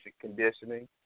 conditioning